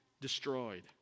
destroyed